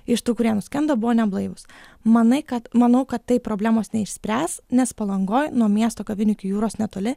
iš tų kurie nuskendo buvo neblaivūs manai kad manau kad tai problemos neišspręs nes palangoj nuo miesto kavinių iki jūros netoli